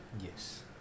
Yes